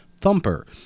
Thumper